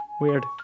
Weird